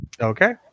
Okay